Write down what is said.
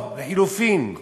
או לחלופין, ייעוץ מס.